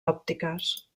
òptiques